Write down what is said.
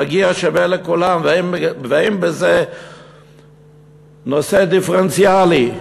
מגיע שווה לכולם ואין בזה נושא דיפרנציאלי.